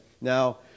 Now